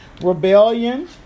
Rebellion